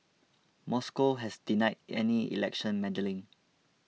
Moscow has denied any election meddling